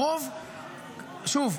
שוב,